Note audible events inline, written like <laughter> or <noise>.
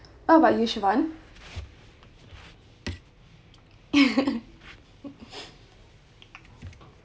what about you chivonne <laughs>